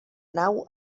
nau